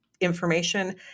information